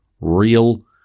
real